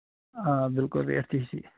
آ بِلکُل ریٹ تہِ چھِ یہِ